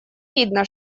видно